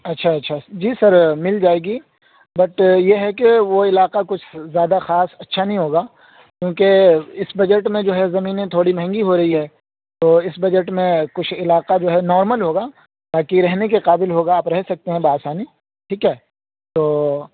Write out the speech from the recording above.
اچھا اچھا جی سر مل جائے گی بٹ یہ ہے کہ وہ علاقعہ کچھ زیادہ خاص اچھا نہیں ہوگا کیونکہ اس بجٹ میں جو ہے زمینیں تھوڑی مہنگی ہو رہی ہے تو اس بجٹ میں کچھ علاقعہ جو ہے نارمل ہوگا تاکہ رہنے کے قابل ہوگا آپ رہ سکتے ہیں با آسانی ٹھیک ہے تو